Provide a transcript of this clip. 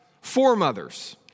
foremothers